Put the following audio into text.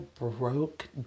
broke